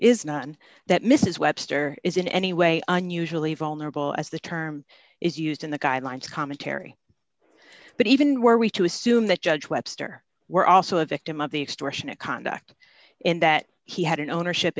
is none that misess webster is in any way unusually vulnerable as the term is used in the guidelines commentary but even were we to assume that judge webster were also a victim of the extortionate conduct and that he had an ownership